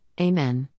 Amen